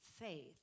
faith